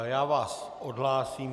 Já vás odhlásím.